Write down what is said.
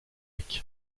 lacs